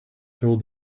told